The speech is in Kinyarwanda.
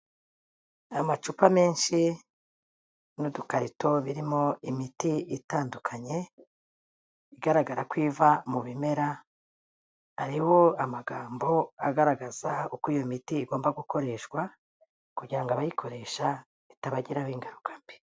Amacupa menshi n'udukarito birimo imiti itandukanye igaragara ko iva mu bimera, hariho amagambo agaragaza uko iyo miti igomba gukoreshwa kugira ngo abayikoresha bitabagiraho ingaruka mbi.